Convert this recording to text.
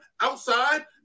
outside